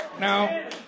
Now